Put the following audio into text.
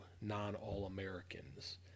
non-All-Americans